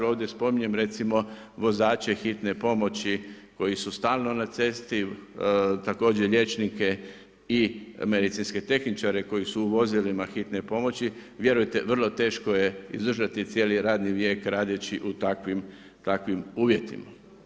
Ovdje spominjem recimo, vozače hitne pomoći koji su stalno na cesti, također liječnike i medicinske tehničare koji su u vozilima hitne pomoći, vjerujte vrlo teško je izdržati cijeli radni vijek radeći u takvim uvjetima.